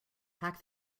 pack